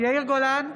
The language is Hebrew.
יאיר גולן,